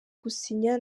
gusinya